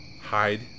hide